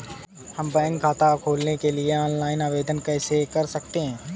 हम बैंक खाता खोलने के लिए ऑनलाइन आवेदन कैसे कर सकते हैं?